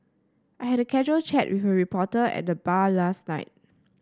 I had a casual chat with a reporter at the bar last night